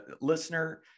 listener